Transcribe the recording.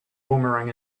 boomerang